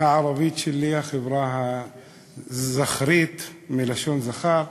הערבית שלי, החברה הזכרית, מלשון זכר,